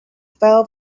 fell